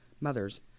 mothers